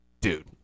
Dude